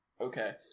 Okay